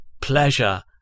pleasure